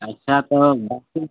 अच्छा तो